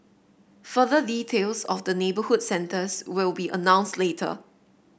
further details of the neighbourhood centres will be announced later